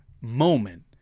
moment